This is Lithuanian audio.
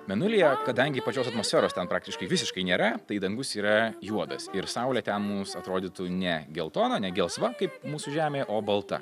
mėnulyje kadangi pačios atmosferos ten praktiškai visiškai nėra tai dangus yra juodas ir saulė ten mums atrodytų ne geltona ne gelsva kaip mūsų žemėje o balta